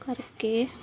ਕਰਕੇ